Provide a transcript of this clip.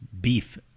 beef